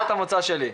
זו הנחת המוצא שלי.